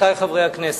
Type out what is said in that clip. רבותי חברי הכנסת,